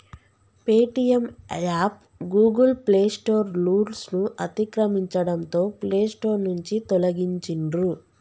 Paytm app Google Play Store రూల్స్ను అతిక్రమించడంతో Play Store నుంచి తొలగించిర్రు